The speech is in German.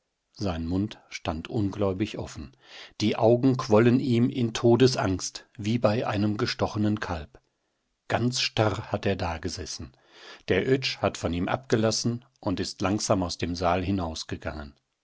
sein mund stand ungläubig offen die augen quollen ihm in todesangst wie bei einem gestochenen kalb ganz starr hat er dagesessen der oetsch hat von ihm abgelassen und ist langsam aus dem saal hinausgegangen